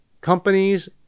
companies